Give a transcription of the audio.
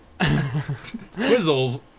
Twizzles